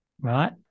right